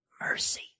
mercy